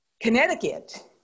Connecticut